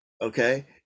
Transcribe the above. Okay